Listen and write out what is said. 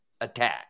attack